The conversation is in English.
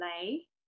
play